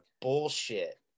bullshit